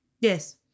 Yes